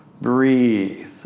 Breathe